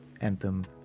Anthem